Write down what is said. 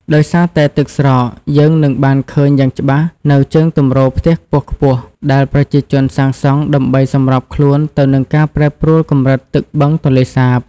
ដោយសារតែទឹកស្រក យើងនឹងបានឃើញយ៉ាងច្បាស់នូវជើងទម្រផ្ទះខ្ពស់ៗ ដែលប្រជាជនសាងសង់ដើម្បីសម្របខ្លួនទៅនឹងការប្រែប្រួលកម្រិតទឹកបឹងទន្លេសាប។